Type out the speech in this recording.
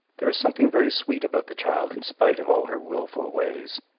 there is something very sweet about the child in spite of all her wilful ways,